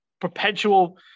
perpetual